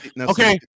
Okay